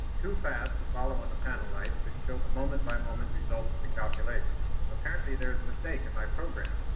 too fast to follow on the panel lights that but show the moment by moment results of the calculations. apparently there is a mistake in my program.